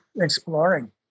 exploring